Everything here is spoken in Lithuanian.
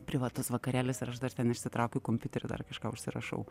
privatus vakarėlis ir aš dar ten išsitraukiu kompiuterį dar kažką užsirašau